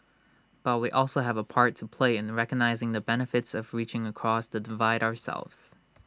but we also have A part to play in recognising the benefits of reaching across the divide ourselves